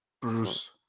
Bruce